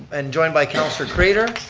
and joined by councilor craitor.